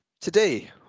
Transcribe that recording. today